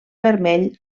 vermell